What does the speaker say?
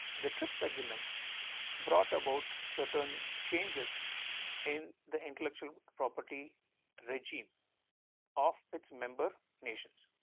the trips agreement brought about certain changes in the intellectual property regime of its member nations,